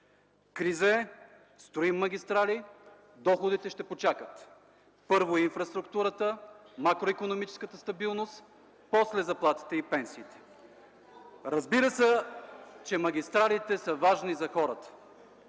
криза е, строим магистрали, доходите ще почакат. Първо, инфраструктурата, макроикономическата стабилност, после заплатите и пенсиите. (Шум и реплики в мнозинството.) Разбира се, че магистралите са важни за хората.